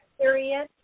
period